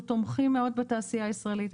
אנחנו תומכים מאוד בתעשייה הישראלית.